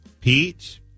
Pete